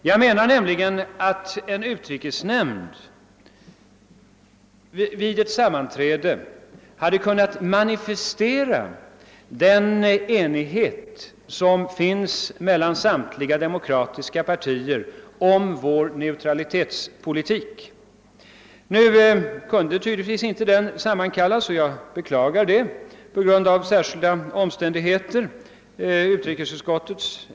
Jag menade att ett sammanträde med utrikesnämnden hade kunnat manifestera den enighet om vår neutralitetspolitik som råder mellan samtliga demokratiska partier. Nu kunde tydligtvis utrikesnämnden på grund av särskilda omständigheter inte sammankallas, och jag beklagar det.